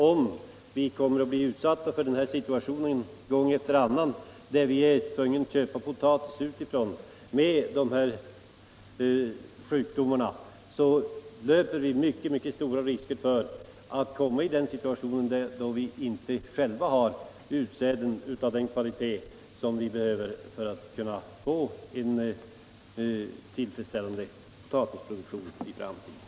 Om det förhållandet gång efter annan uppkommer att vi blir tvungna att köpa potatis utifrån som kan ha dessa sjukdomar, då löper vi mycket stora risker att komma i den situationen att vi inte själva har utsäden av den kvalitet som behövs för att få en tillfredsställande potatisproduktion i framtiden.